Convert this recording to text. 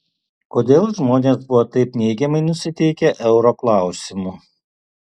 kodėl žmonės buvo taip neigiamai nusiteikę euro klausimu